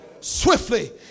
swiftly